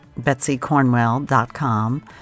BetsyCornwell.com